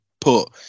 put